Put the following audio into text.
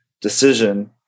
decision